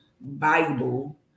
Bible